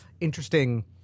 interesting